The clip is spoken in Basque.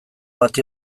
bati